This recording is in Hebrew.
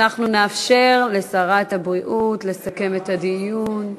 אנחנו נאפשר לשרת הבריאות לסכם את הדיון.